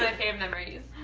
ah fave memories.